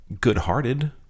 good-hearted